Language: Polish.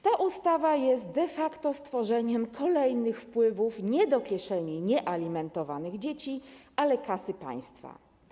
Ta ustawa jest de facto stworzeniem możliwości kolejnych wpływów nie do kieszeni niealimentowanych dzieci, ale do kasy państwa.